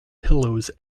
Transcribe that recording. pillows